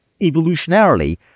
evolutionarily